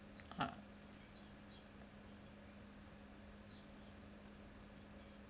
uh